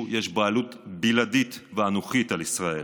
שלמישהו יש בעלות בלעדית ואנוכית על ישראל,